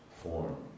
form